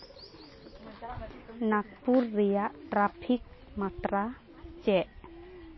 ᱱᱟᱜᱽᱯᱩᱨ ᱨᱮᱭᱟᱜ ᱴᱨᱟᱯᱷᱤᱠ ᱢᱟᱛᱨᱟ ᱪᱮᱫ